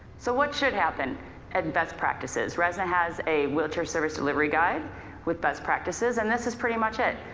so what should happen at and best practices? resna has a wheelchair service delivery guide with best practices and this is pretty much it.